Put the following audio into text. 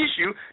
issue